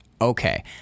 Okay